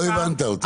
לא הבנת אותי.